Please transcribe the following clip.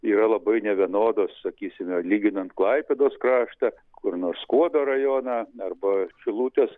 yra labai nevienodos sakysime lyginant klaipėdos kraštą kur nors skuodo rajoną arba šilutės